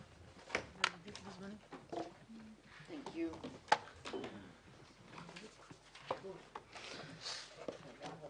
הישיבה ננעלה בשעה 11:00.